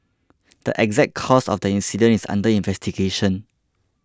the exact cause of the incident is under investigation